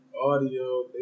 audio